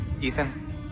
Ethan